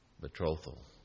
Betrothal